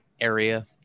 area